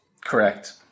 Correct